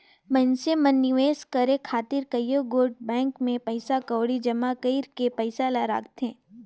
मइनसे मन निवेस करे खातिर कइयो गोट बेंक में पइसा कउड़ी जमा कइर के पइसा ल राखथें